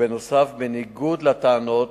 נוסף על כך, בניגוד לטענות,